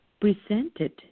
presented